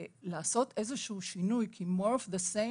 צריך לעשות איזה שהוא שינוי כי יותר אבל אותו דבר,